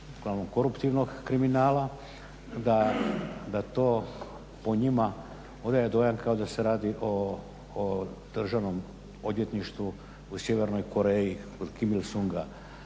koruptivnog kriminala da to o njima odaje dojam kao da se radi o državnom odvjetništvu u Sjevernoj Koreji, kod … Radi